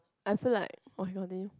I feel like ok continue